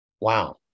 wow